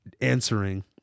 answering